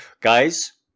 Guys